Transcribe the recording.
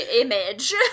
image